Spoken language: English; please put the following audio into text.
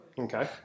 Okay